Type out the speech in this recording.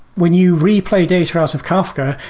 when you replay data out of kafka,